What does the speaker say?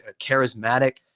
charismatic